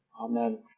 Amen